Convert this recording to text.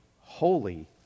Holy